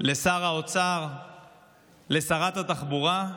לשר האוצר ולשרת התחבורה,